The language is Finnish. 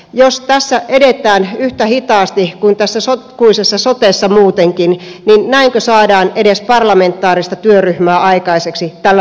jos tässä edetään yhtä hitaasti kuin tässä sotkuisessa sotessa muutenkin niin näinkö saadaan edes parlamentaarista työryhmää aikaiseksi tällä loppuvaalikaudella